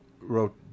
wrote